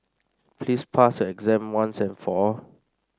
please pass your exam once and for all